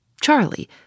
Charlie